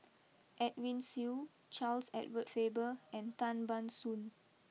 Edwin Siew Charles Edward Faber and Tan Ban Soon